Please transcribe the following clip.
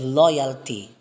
loyalty